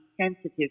sensitive